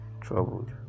troubled